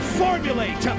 formulate